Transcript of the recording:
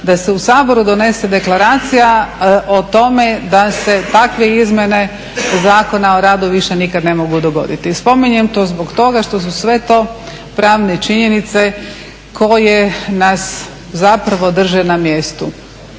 da se u Saboru donese deklaracija o tome da se takve izmjene Zakona o radu više nikad ne mogu dogoditi. Spominjem to zbog toga što su sve to pravne činjenice koje nas zapravo drže na mjestu